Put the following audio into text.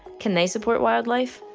can they support wildlife?